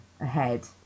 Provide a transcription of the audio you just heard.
ahead